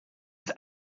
ist